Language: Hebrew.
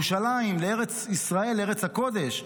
לירושלים, לארץ ישראל, לארץ הקודש.